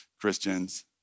Christians